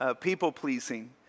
people-pleasing